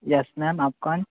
yes ma'am आप कौन